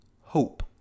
hope